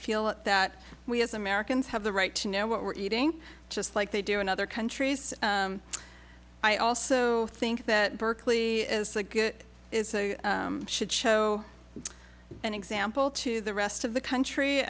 feel that we as americans have the right to know what we're eating just like they do in other countries i also think that berkeley is a should show an example to the rest of the country